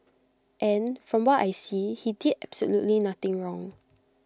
and from what I see he did absolutely nothing wrong